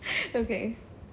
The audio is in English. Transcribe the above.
okay